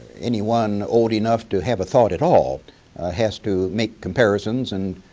anyone old enough to have a thought at all has to make comparisons and